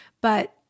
but-